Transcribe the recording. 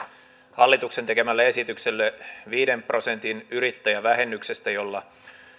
hallituksen tekemälle esitykselle viiden prosentin yrittäjävähennyksestä jolla